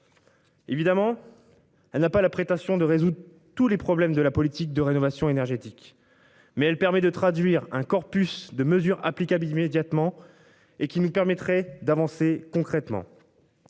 Évidemment. Elle n'a pas la prétention de résoudre tous les problèmes de la politique de rénovation énergétique. Mais elle permet de traduire un corpus de mesures applicables immédiatement et qui nous permettrait d'avancer concrètement.